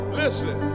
listen